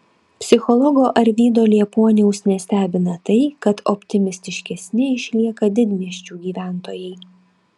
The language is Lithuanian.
psichologo arvydo liepuoniaus nestebina tai kad optimistiškesni išlieka didmiesčių gyventojai